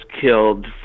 killed